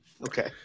Okay